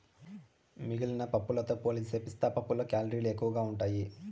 మిగిలిన పప్పులతో పోలిస్తే పిస్తా పప్పులో కేలరీలు ఎక్కువగా ఉంటాయి